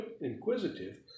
inquisitive